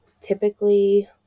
typically